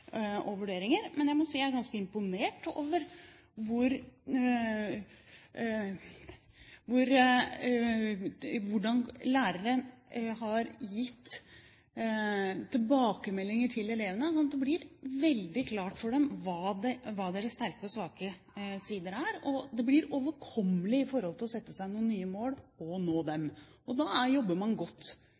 og vurderinger. Men jeg må si jeg er ganske imponert over hvordan lærere har gitt tilbakemeldinger til elevene slik at det blir veldig klart for dem hva deres sterke og svake sider er, og det blir overkommelig i forhold til å sette seg noen nye mål og nå dem. Da jobber man godt